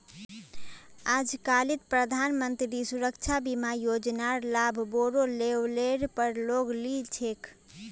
आजकालित प्रधानमंत्री सुरक्षा बीमा योजनार लाभ बोरो लेवलेर पर लोग ली छेक